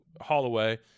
Holloway